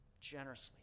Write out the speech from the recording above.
generously